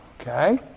Okay